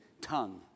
tongue